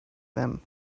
them